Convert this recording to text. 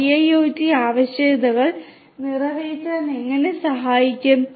0 IIoT ആവശ്യകതകൾ നിറവേറ്റാൻ എങ്ങനെ സഹായിക്കും